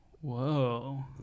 whoa